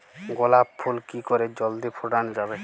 গোলাপ ফুল কি করে জলদি ফোটানো যাবে?